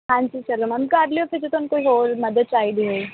ਹਾਂਜੀ ਚਲੋ ਮੈਮ ਕਰ ਲਿਓ ਫਿਰ ਜੇ ਤੁਹਾਨੂੰ ਕੋਈ ਹੋਰ ਮਦਦ ਚਾਹੀਦੀ ਹੋਈ